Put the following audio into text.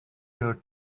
your